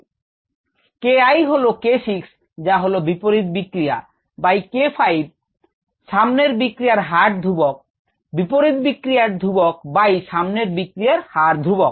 K I হলো k 6 যা হলো বিপরীত বিক্রিয়া বাই k 5 সামনের বিক্রিয়ার হার ধ্রুবক বিপরীত বিক্রিয়ার ধ্রুবক বাই সামনের বিক্রিয়ার হার ধ্রুবক